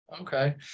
okay